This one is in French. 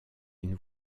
une